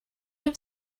have